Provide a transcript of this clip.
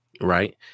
right